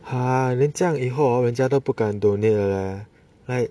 !huh! then 这样以后人家都不敢 donate leh